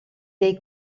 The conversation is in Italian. dei